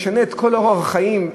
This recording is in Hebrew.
משנה את כל אורח החיים.